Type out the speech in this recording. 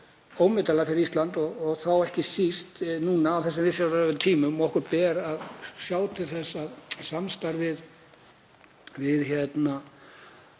og þá ekki síst nú á þessum viðsjárverðu tímum og okkur ber að sjá til þess að samstarfið við okkar